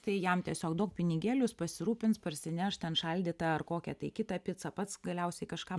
tai jam tiesiog duok pinigėlius pasirūpins parsineš ten šaldytą ar kokią tai kitą picą pats galiausiai kažką